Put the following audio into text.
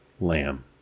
lamb